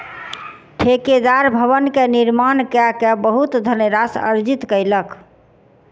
ठेकेदार भवन के निर्माण कय के बहुत धनराशि अर्जित कयलक